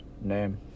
name